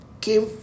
came